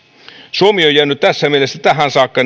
suomi on jäänyt tässä mielessä tähän saakka